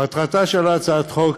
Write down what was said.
מטרתה של הצעת החוק